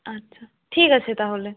আচ্ছা ঠিক আছে তাহলে